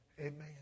Amen